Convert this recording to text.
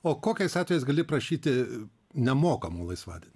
o kokiais atvejais gali prašyti nemokamų laisvadienių